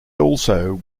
also